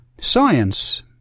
Science